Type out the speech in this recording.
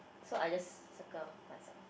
so I just circle myself